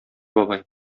бабай